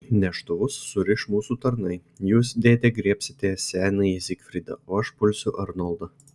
neštuvus suriš mūsų tarnai jūs dėde griebsite senąjį zigfridą o aš pulsiu arnoldą